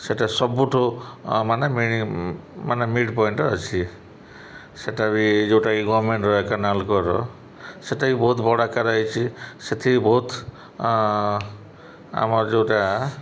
ସେଟା ସବୁଠୁ ମାନେ ମାନେ ମିଡ଼୍ ପଏଣ୍ଟ ଅଛି ସେଇଟା ବି ଯେଉଁଟାକି ଗମେଣ୍ଟର ଏକା ନାଲକୋର ସେଇଟା ବି ବହୁତ ବଡ଼ ଆକାର ହେଇଛି ସେଠି ବହୁତ ଆମର ଯେଉଁଟା